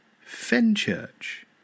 Fenchurch